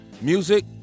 Music